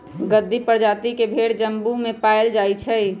गद्दी परजाति के भेड़ जम्मू में पाएल जाई छई